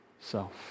self